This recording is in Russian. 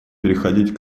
переходить